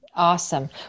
Awesome